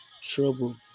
trouble